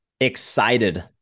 excited